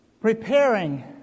preparing